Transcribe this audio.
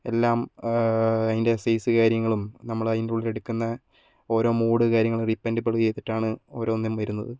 എല്ലാം അതിന്റെ സൈസ് കാര്യങ്ങളും നമ്മൾ അതിന്റെ ഉള്ളിൽ എടുക്കുന്ന ഓരോ മൂഡ് കാര്യങ്ങളും ഡിപ്പെന്റബിൾ ചെയ്തിട്ടാണ് ഓരോന്നും വരുന്നത്